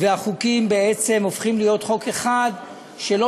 החוקים בעצם הופכים להיות חוק אחד שלא